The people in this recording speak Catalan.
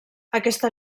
aquesta